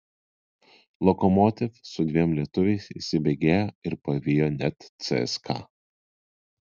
lokomotiv su dviem lietuviais įsibėgėjo ir pavijo net cska